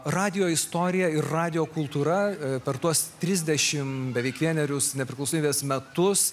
radijo istorija ir radijo kultūra per tuos trisdešimt beveik vienerius nepriklausomybės metus